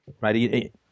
Right